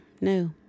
no